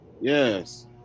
Yes